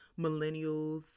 millennials